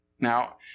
Now